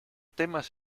temas